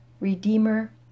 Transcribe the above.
Redeemer